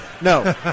No